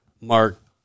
Mark